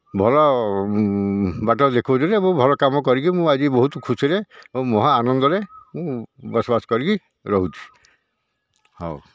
ଭଲ ବାଟ ଦେଖାଉଛନ୍ତି ଆଉ ମୁଁ ଭଲ କାମ କରିକି ମୁଁ ଆଜି ବହୁତ ଖୁସିରେ ଏବଂ ମହାଆନନ୍ଦରେ ମୁଁ ବସବାସ କରିକି ରହୁଛି ହଉ